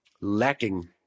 lacking